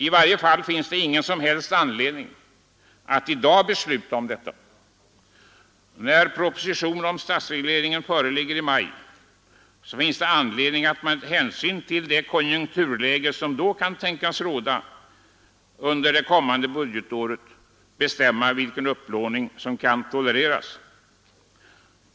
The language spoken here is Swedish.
I varje fall finns det ingen som helst anledning att i dag besluta om detta. När proposition om statregleringen framläggs i maj finns det anledning att med hänsyn till det konjunkturläge som då kan tänkas råda under det kommande budgetåret bestämma vilken upplåning som kan tolereras.